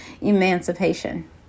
Emancipation